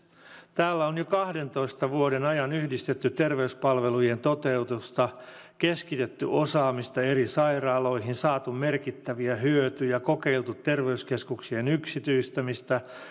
täällä on jo kahdentoista vuoden ajan yhdistetty terveyspalvelujen toteutusta keskitetty osaamista eri sairaaloihin saatu merkittäviä hyötyjä kokeiltu terveyskeskuksien yksityistämistä